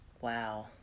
Wow